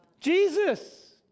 Jesus